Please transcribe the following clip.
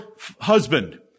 husband